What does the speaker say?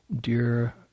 dear